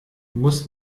muss